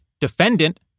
defendant